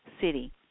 city